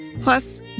Plus